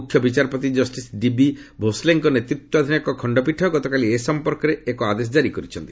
ମୁଖ୍ୟ ବିଚାରପତି justice DB ଭୋସ୍ଲେଙ୍କ ନେତୃତ୍ୱାଧୀନ ଏକ ଖଣ୍ଡପୀଠ ଗତକାଲି ଏ ସମ୍ପର୍କରେ ଏକ ଆଦେଶ ଜାରି କରିଛନ୍ତି